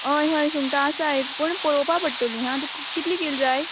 हय हय सुंगटां आसाय पूण पळोवपा पडटली हां तुका कितली किल जाय